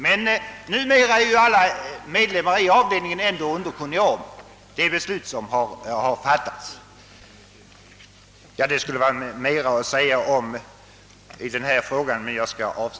Men numera är ju alla medlemmar i avdelningen underkunniga om det beslut.som fattats.